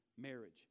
marriage